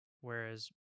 whereas